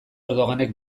erdoganek